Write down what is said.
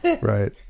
Right